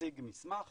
להציג מסמך